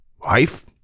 wife